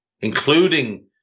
including